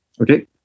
Okay